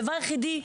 הדבר היחידי,